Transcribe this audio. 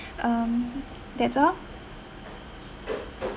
um that's all